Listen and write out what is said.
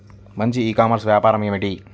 మంచి e commerce వ్యాపారం ఏమిటీ?